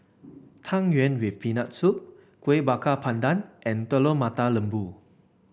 Tang Yuen with Peanut Soup Kuih Bakar Pandan and Telur Mata Lembu